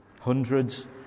hundreds